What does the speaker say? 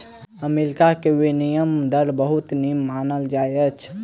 America के विनिमय दर बहुत नीक मानल जाइत अछि